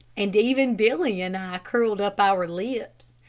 and even billy and i curled up our lips.